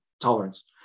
tolerance